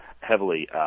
heavily